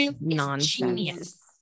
nonsense